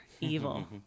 Evil